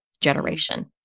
generation